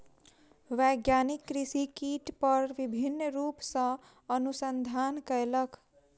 वैज्ञानिक कृषि कीट पर विभिन्न रूप सॅ अनुसंधान कयलक